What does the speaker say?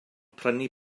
prynu